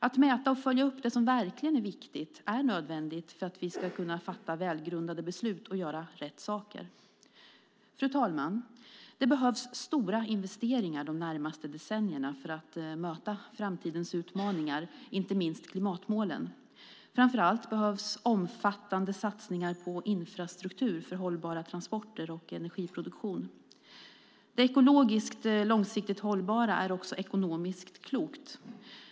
Att mäta och följa upp det som verkligen är viktigt är nödvändigt för att vi ska kunna fatta välgrundade beslut och göra rätt saker. Fru talman! Det behövs stora investeringar de närmaste decennierna för att möta framtidens utmaningar, inte minst klimatmålen. Framför allt behövs omfattande satsningar på infrastruktur för hållbara transporter och energiproduktion. Det ekologiskt långsiktigt hållbara är också ekonomiskt klokt.